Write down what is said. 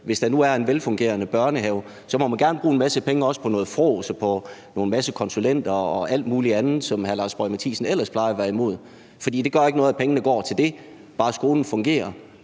Hvis der nu er en velfungerende børnehave, må den gerne bruge nogle penge også på noget fråds og en masse konsulenter og alt muligt andet, som hr. Lars Boje Mathiesen ellers plejer at være imod, for det gør ikke noget, at pengene går til det – bare skolen fungerer.